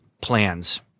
plans